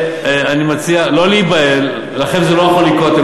ואני מציע לא להיבהל: לכם זה לא יכול לקרות,